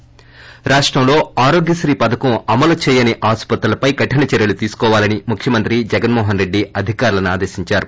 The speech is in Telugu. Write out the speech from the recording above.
ి రాష్టంలో ఆరోగ్యశ్రీ పథకం అమలు చేయని ఆస్పత్రులపై కఠిన చర్యలు తీసుకోవాలని ముఖ్యమంత్రి జగన్మోహన్ రెడ్లి అధికారులను ఆదేశించారు